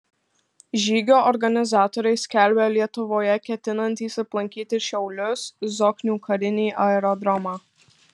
žygio organizatoriai skelbia lietuvoje ketinantys aplankyti šiaulius zoknių karinį aerodromą